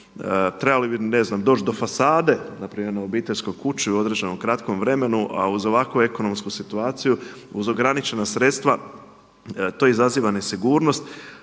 trebali bi ne znam doći do fasade npr. na obiteljskoj kući u određenom kratkom vremenu a uz ovakvu ekonomsku situaciju uz ograničena sredstva to izaziva nesigurnost.